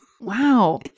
Wow